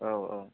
औ औ